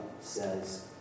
says